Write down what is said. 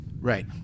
Right